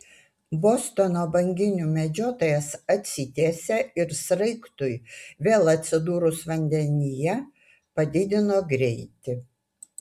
bostono banginių medžiotojas atsitiesė ir sraigtui vėl atsidūrus vandenyje padidino greitį